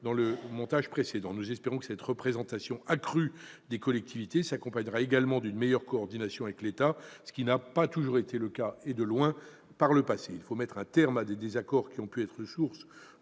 dans le montage précédent. Nous espérons que cette représentation accrue des collectivités s'accompagnera également d'une meilleure coordination avec l'État, ce qui n'a pas toujours été le cas dans le passé, loin de là. Il faut mettre un terme à des désaccords qui ont pu être sources